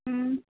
ह्म्म